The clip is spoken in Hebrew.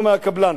ולא מהקבלן.